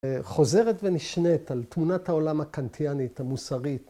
‫חוזרת ונשנית על תמונת העולם ‫הקנטיאנית, המוסרית.